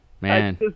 Man